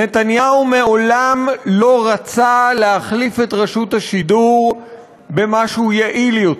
נתניהו מעולם לא רצה להחליף את רשות השידור במשהו יעיל יותר,